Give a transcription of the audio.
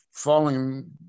Falling